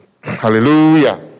Hallelujah